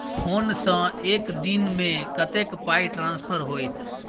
Phone सँ एक दिनमे कतेक पाई ट्रान्सफर होइत?